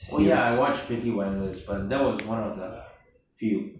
oh ya I watch peaky blinders but that was one of the few